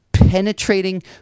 penetrating